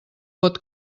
pot